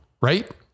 right